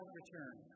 return